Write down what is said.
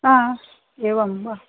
हा एवम् वा